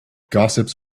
gossips